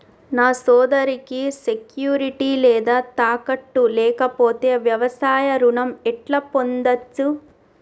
నా సోదరికి సెక్యూరిటీ లేదా తాకట్టు లేకపోతే వ్యవసాయ రుణం ఎట్లా పొందచ్చు?